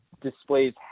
displays